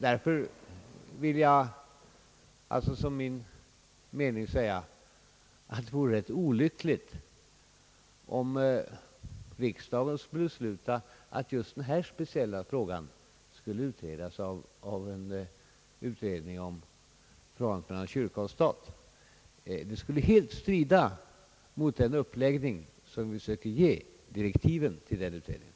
Därför vill jag som min uppfattning säga att det vore rätt olyckligt om riksdagen skulle besluta att just den här speciella frågan skulle behandlas av en utredning om förhållandet mellan kyrka och stat. Det skulle helt strida mot den uppläggning som vi söker ge direktiven till utredningen.